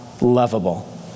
lovable